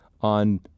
on